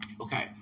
okay